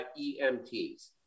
EMTs